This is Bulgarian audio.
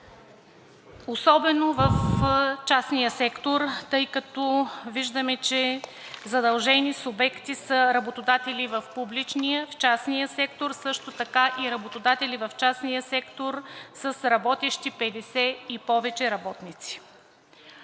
Особено в частния сектор, тъй като виждаме, че задължени субекти са работодатели в публичния, в частния сектор, също така работодатели в частния сектор с работещи 50 и повече работници.